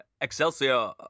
Excelsior